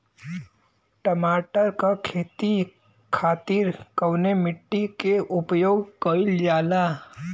टमाटर क खेती खातिर कवने मिट्टी के उपयोग कइलजाला?